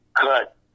cut